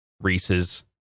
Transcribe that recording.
Reese's